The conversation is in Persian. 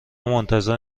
منتظر